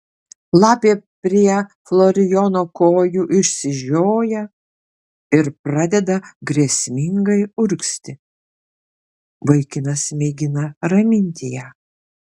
lapė prie florijono kojų išsižioja ir pradeda grėsmingai urgzti vaikinas mėgina raminti ją